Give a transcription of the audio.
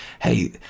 Hey